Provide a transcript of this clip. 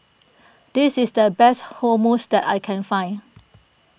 this is the best Hummus that I can find